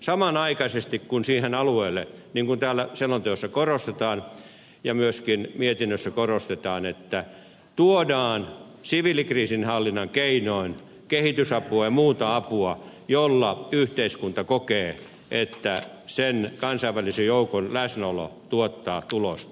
samanaikaisesti kun siihen alueelle niin kuin täällä selonteossa ja myöskin mietinnössä korostetaan tuodaan siviilikriisinhallinnan keinoin kehitysapua ja muuta apua jolloin yhteiskunta kokee että sen kansainvälisen joukon läsnäolo tuottaa tulosta